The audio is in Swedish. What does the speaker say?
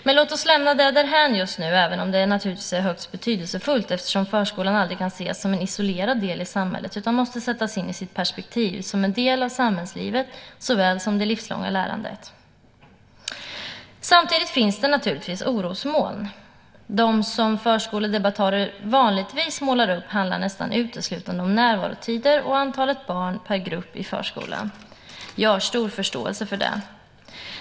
Men låt oss lämna det därhän just nu, även om det naturligtvis är högst betydelsefullt eftersom förskolan aldrig kan ses som en isolerad del i samhället utan måste sättas in i rätt perspektiv, som en del av samhällslivet och det livslånga lärandet. Samtidigt finns det naturligtvis orosmoln. Det som förskoledebattörer vanligtvis målar upp handlar nästan uteslutande om närvarotider och antalet barn per grupp i förskolan. Jag har stor förståelse för det.